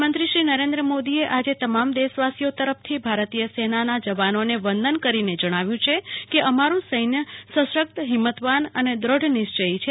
પ્રધાનમંત્રી શ્રી નરેન્દ્ર મોદીએ આજે તમામ દેશવાસીઓ તરફથી ભારતીય સેનાના જવાનોને વંદન કરીને જણાવ્યું છે કે અમારું સૈન્ય સશક્ત હિંમતવાન અને દૃઢનિશ્ચિથી છે